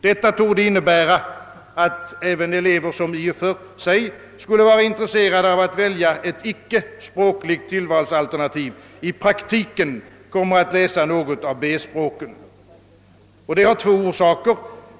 Detta torde innebära, att även elever, som i och för sig skulle vara intresserade av att välja ett icke språkligt tillvalsalternativ, i praktiken kommer att läsa något av B-språken. Detta har två orsaker.